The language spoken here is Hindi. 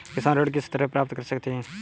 किसान ऋण किस तरह प्राप्त कर सकते हैं?